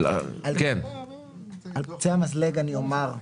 על קצה המזלג אני אומר.